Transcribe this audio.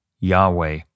Yahweh